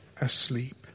asleep